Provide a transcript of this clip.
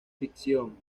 ficción